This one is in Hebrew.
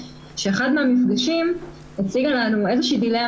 שאחד מהמפגשים הציגה לנו איזו שהיא דילמה